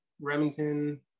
Remington